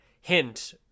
hint